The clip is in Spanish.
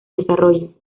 desarrollo